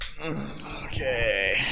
Okay